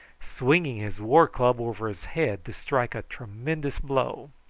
swinging his war-club over his head to strike a tremendous blow.